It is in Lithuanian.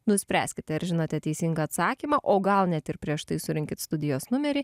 nuspręskite ar žinote teisingą atsakymą o gal net ir prieš tai surinkit studijos numerį